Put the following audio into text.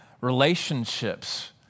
relationships